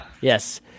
Yes